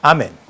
Amen